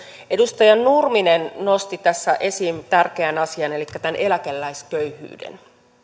edustaja nurminen nosti tässä esiin tärkeän asian elikkä tämän eläkeläisköyhyyden